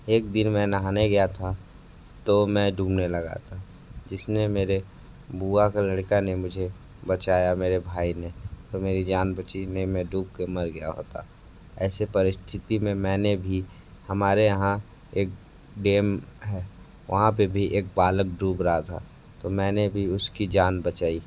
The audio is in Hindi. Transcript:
एक दिन मैं नहाने गया था तो मैं डूबने लगा था जिसने मेरे बुआ का लड़का ने मुझे बचाया मेरे भाई ने तो मेरी जान बची नहीं तो मैं डूब के मर गया होता ऐसे परिस्थिति में मैंने भी हमारे यहाँ एक डेम है वहाँ पर भी एक बालक डूब रहा था तो मैंने भी उसकी जान बचाई